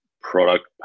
product